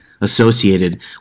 associated